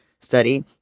study